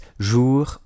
jour